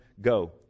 Go